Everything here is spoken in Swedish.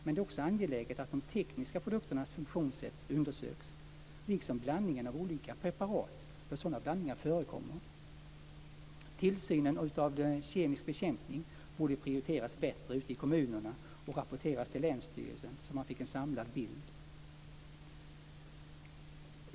Men det är också angeläget att de tekniska produkternas funktionssätt undersöks liksom blandningen av olika preparat eftersom sådan blandning förekommer. Tillsynen av kemisk bekämpning borde prioriteras bättre ute i kommunerna och rapporteras till länsstyrelsen så att man fick en samlad bild.